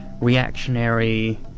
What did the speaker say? reactionary